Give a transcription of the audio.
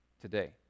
today